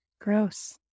Gross